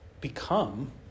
become